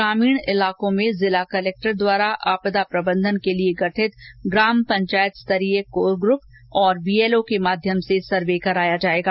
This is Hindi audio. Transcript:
ग्रामीण इलाकों में जिला कलेक्टर द्वारा आपदा प्रबन्धन के लिए गठित ग्राम पंचायत स्तरीय कोर ग्रूप और बीएलओ के माध्यम से सर्वे कराया जायेगा